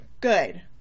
Good